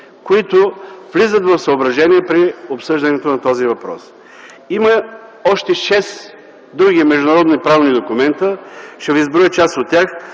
които влизат в съображение при обсъждането на този въпрос. Има още шест други международни правни документа – ще ви изброя част от тях: